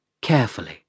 carefully